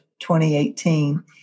2018